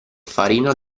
farina